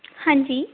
ਹਾਂਜੀ